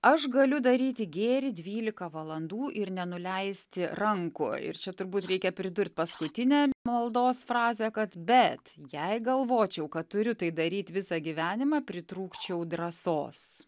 aš galiu daryti gėrį dvylika valandų ir nenuleisti rankų ir čia turbūt reikia pridurt paskutinę maldos frazę kad bet jei galvočiau kad turiu tai daryt visą gyvenimą pritrūkčiau drąsos